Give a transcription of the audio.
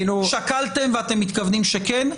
שקלתם ואתם מתכוונים שכן?